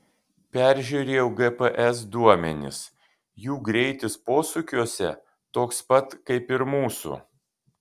peržiūrėjau gps duomenis jų greitis posūkiuose toks pat kaip ir mūsų